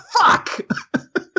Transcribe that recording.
fuck